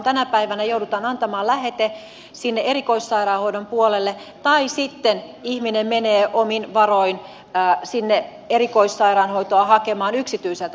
tänä päivänä joudutaan antamaan lähete sinne erikoissairaanhoidon puolelle tai sitten ihminen menee omin varoin erikoissairaanhoitoa hakemaan yksityiseltä sektorilta